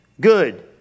good